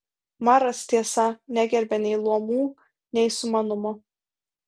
maras tiesa negerbė nei luomų nei sumanumo